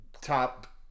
top